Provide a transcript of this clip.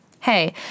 Hey